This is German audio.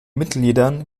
mitgliedern